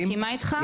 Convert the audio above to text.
אני מסכימה איתך,